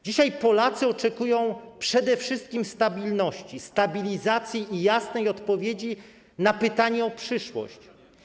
Dzisiaj Polacy oczekują przede wszystkim stabilności, stabilizacji i jasnej odpowiedzi na pytanie o przyszłość.